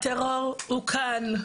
הטרור הוא כאן,